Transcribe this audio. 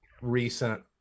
recent